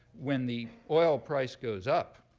when the oil price goes up,